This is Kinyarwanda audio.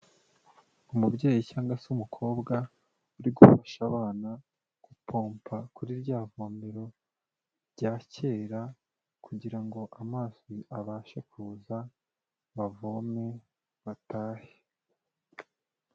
Umubyeyi cyangwa se umukobwa uri gufasha abana gupompa kuri rya vomero rya kera kugira ngo amazi abashe kuza, bavome batahe.